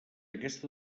aquesta